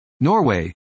Norway